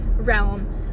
realm